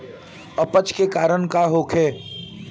अपच के कारण का होखे?